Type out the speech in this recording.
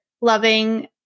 loving